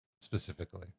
specifically